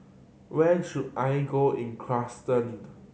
where should I go in Kyrgyzstan